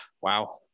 wow